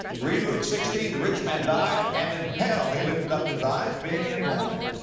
read luke sixteen, the rich man died and in hell he lifted up his eyes being in torment.